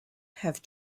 have